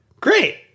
great